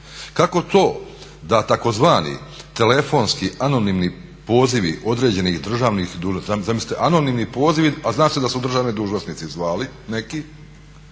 Kako to da tzv. telefonski anonimni pozivi određenih državnih dužnosnika, zamislite anonimni pozivi a zna se da su državni dužnosnici zvali neki,